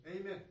Amen